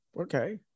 okay